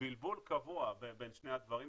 בלבול קבוע בין שני הדברים,